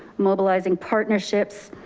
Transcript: mobilizing partnerships,